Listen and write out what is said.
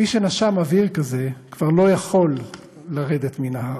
מי שנשם אוויר כזה כבר לא יכול לרדת מן ההר.